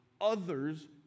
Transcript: others